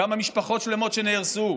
כמה משפחות שלמות שנהרסו,